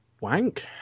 wank